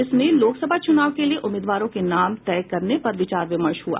इसमें लोकसभा चूनाव के लिए उम्मीदवारों के नाम तय करने पर विचार विमर्श हुआ